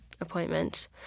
appointments